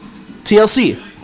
TLC